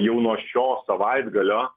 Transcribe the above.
jau nuo šio savaitgalio